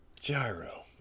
Gyro